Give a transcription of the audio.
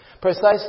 Precisely